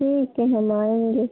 ठीक है हम आएँगे